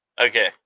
Okay